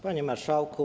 Panie Marszałku!